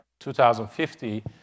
2050